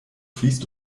fließt